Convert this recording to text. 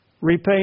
Repay